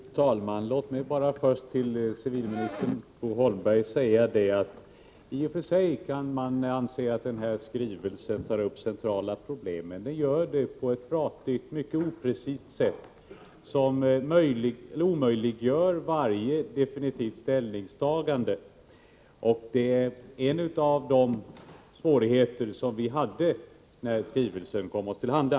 Fru talman! Låt mig först till civilminister Bo Holmberg säga att man i och för sig kan anse att regeringen i denna skrivelse tar upp centrala problem. Men det gör den på ett pratigt och mycket oprecist sätt, som omöjliggör varje definitivt ställningstagande. Det var en av de svårigheter som vi hade när skrivelsen kom oss till handa.